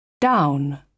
Down